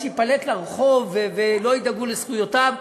ייפלט לרחוב ולא ידאגו לזכויותיו.